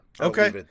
Okay